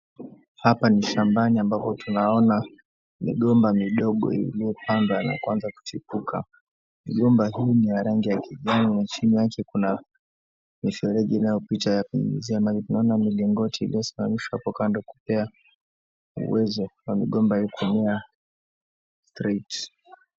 Hapa ni shambani ambako tunaona migomba midogo imepandwa na kuanza kuchipuka. Migomba hii ni ya rangi ya kijani na chini yake kuna mifereji inayopita ya kunyunyuzia maji. Tunaona milingoti iliosimamishwa hapo kando kupea uwezo kwa migomba ili kumea straight .